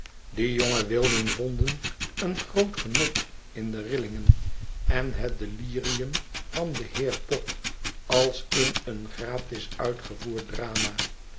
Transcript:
die jonge wilden vonden een groot genot in de rillingen en het deliritim van den heer pop als in een gratis uitgevoerd drama